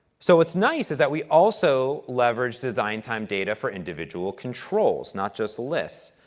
so, what's nice is that we also leveraged design time data for individual controls, not just lists.